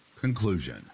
Conclusion